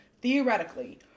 theoretically